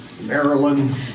Maryland